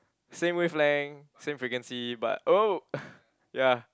same wavelength same frequency but oh ya